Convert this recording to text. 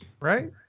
Right